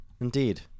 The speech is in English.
Indeed